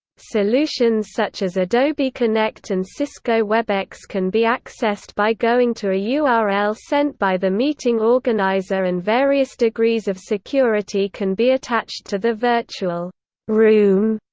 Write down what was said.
solutions such as adobe connect and cisco webex can be accessed by going to a ah url sent by the meeting organizer and various degrees of security can be attached to the virtual room.